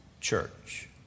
church